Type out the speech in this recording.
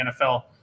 NFL